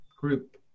group